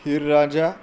Heer Ranjha